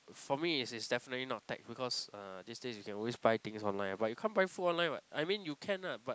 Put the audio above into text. for me it's it's definitely not tech because uh these days you can always buy things online ah but you can't buy food online what I mean you can lah but